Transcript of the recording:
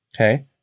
Okay